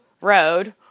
road